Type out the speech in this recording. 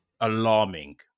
alarming